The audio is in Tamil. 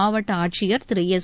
மாவட்டஆட்சியர் திரு எஸ்